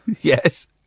Yes